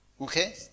Okay